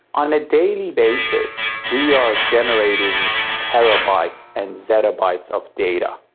on a daily basis we are generating terabytes and zettabytes of data.